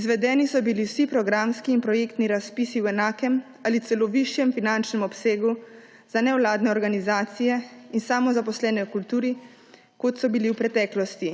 Izvedeni so bili vsi programski in projektni razpisi v enakem ali celo višjem finančnem obsegu za nevladne organizacije in samozaposlene v kulturi, kot so bili v preteklosti.